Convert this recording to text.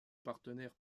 partenaires